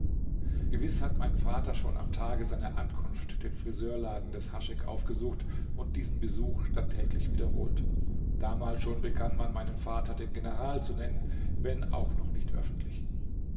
gewiß hat mein vater schon am tage seiner ankunft den friseurladen des haschek aufgesucht und diesen besuch dann täglich wiederholt damals schon begann man meinen vater den general zu nennen wenn auch noch nicht öffentlich